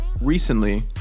recently